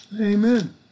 Amen